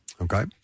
Okay